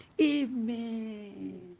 Amen